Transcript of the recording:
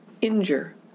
injure